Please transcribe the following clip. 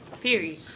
period